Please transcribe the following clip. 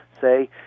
say